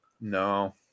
No